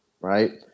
right